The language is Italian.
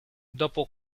dopo